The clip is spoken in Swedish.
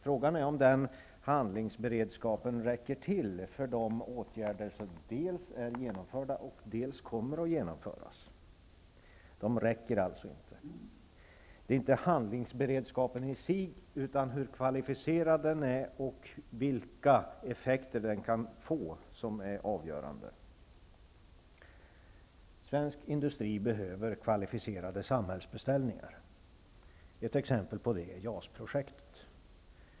Frågan är om den handlingsberedskapen räcker till för de åtgärder som dels är genomförda, dels kommer att genomföras. De räcker alltså inte. Det är inte handlingsberedskapen i sig utan hur kvalificerad den är och vilka effekter den kan få som är avgörande. Svensk industri behöver kvalificerade samhällsbeställningar. Ett exempel på det är JAS projektet.